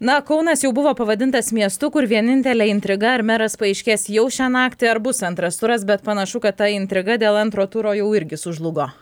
na kaunas jau buvo pavadintas miestu kur vienintelė intriga ar meras paaiškės jau šią naktį ar bus antras turas bet panašu kad ta intriga dėl antro turo jau irgi sužlugo